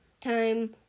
time